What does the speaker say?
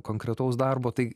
konkretaus darbo tai